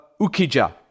Ukija